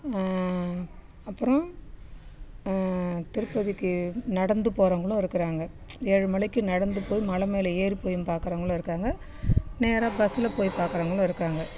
அப்புறம் திருப்பதிக்கு நடந்து போகிறவங்களும் இருக்கிறாங்க ஏழு மலைக்கு நடந்து போய் மலை மேலே ஏறி போயும் பார்க்கறவங்களும் இருக்காங்க நேராக பஸ்சில் போய் பார்க்கறவங்களும் இருக்காங்க